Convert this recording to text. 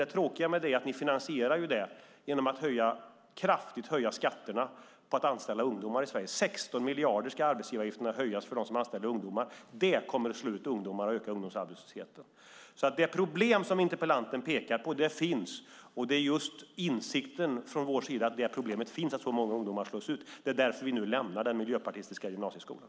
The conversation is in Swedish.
Det tråkiga är att ni finansierar detta genom att kraftigt höja skatterna på att anställa ungdomar i Sverige. Arbetsgivaravgifterna ska höjas med 16 miljarder för dem som anställer ungdomar. Det kommer att slå ut ungdomar och öka ungdomsarbetslösheten. Det problem som interpellanten pekar på finns, och det är just på grund av vår insikt om att detta problem finns som vi nu lämnar den miljöpartistiska gymnasieskolan.